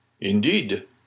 Indeed